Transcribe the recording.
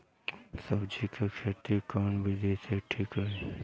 सब्जी क खेती कऊन विधि ठीक रही?